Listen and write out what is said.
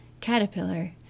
caterpillar